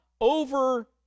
over